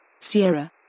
Sierra